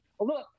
look